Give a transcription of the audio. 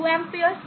2 Amps 1